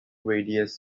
radius